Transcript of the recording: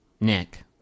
Nick